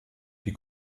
die